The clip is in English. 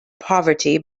poverty